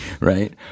Right